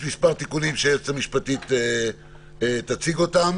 יש מספר תיקונים שהיועצת המשפטית תציג אותן